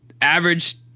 average